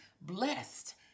Blessed